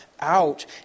Out